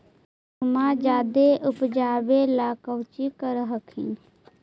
गेहुमा जायदे उपजाबे ला कौची कर हखिन?